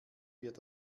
wird